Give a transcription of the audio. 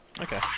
Okay